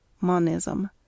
Monism